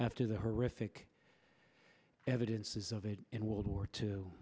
after the horrific evidences of it in world war t